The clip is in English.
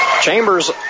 Chambers